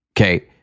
okay